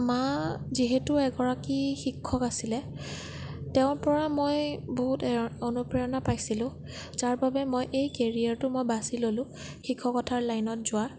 মা যিহেতু এগৰাকী শিক্ষক আছিল তেওঁৰ পৰা মই বহুত অনুপ্ৰেৰণা পাইছিলোঁ যাৰ বাবে মই এই কেৰিয়াৰটো মই বাচি ললোঁ শিক্ষকতাৰ লাইনত যোৱা